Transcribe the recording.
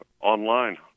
online